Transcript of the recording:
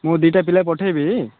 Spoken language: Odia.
ମୁଁ ଦୁଇଟା ପିଲା ପଠାଇବି